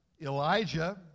Elijah